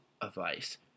advice